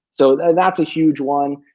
so that's a huge one.